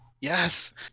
Yes